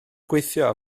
gweithio